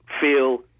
feel